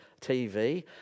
TV